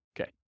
Okay